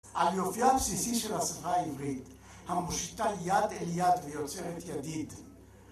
על יופיה הבסיסי של השפה העברית, המושיטה יד אל יד ויוצרת ידיד.